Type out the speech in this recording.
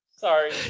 Sorry